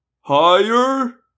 Higher